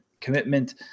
commitment